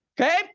Okay